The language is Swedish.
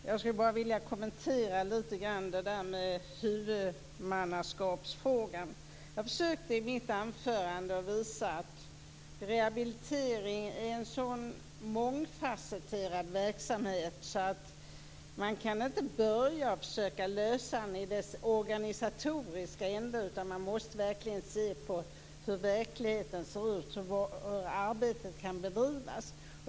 Fru talman! Jag vill kommentera frågan om huvudmannaskap. Jag försökte i mitt anförande visa att rehabilitering är en sådan mångfasetterad verksamhet, att det inte går att lösa problemen i den organisatoriska ändan utan man måste se på hur arbetet bedrivs i verkligheten.